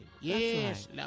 Yes